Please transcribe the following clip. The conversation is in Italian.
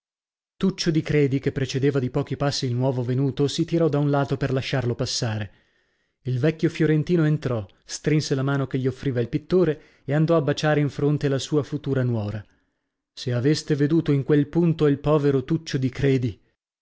tuccio di credi che precedeva di pochi passi il nuovo venuto si tirò da un lato per lasciarlo passare il vecchio fiorentino entrò strinse la mano che gli offriva il pittore e andò a baciare in fronte la sua futura nuora se aveste veduto in quel punto il povero tuccio di credi